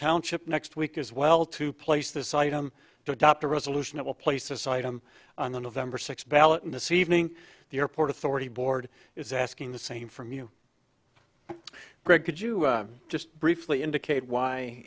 township next week as well to place this item to adopt a resolution that will place this item on the november sixth ballot in this evening the airport authority board is asking the same from you greg could you just briefly indicate why